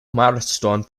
marston